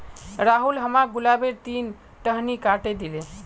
राहुल हमाक गुलाबेर तीन टहनी काटे दिले